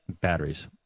batteries